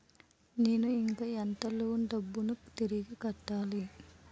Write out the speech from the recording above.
నేను ఇంకా ఎంత లోన్ డబ్బును తిరిగి కట్టాలి?